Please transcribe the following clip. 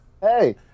Hey